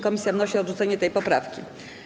Komisja wnosi o odrzucenie tej poprawki.